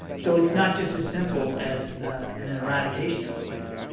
so it's not just as simple as and an eradication program.